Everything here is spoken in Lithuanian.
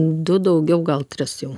du daugiau gal tris jau